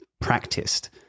practiced